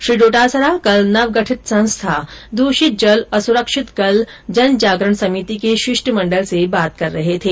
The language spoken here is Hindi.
श्री डोटासरा कल नवगठित संस्था दूषित जल असुरक्षित कल जनजागरण समिति के शिष्टमण्डल से बात कर रहे थे